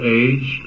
age